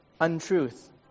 untruth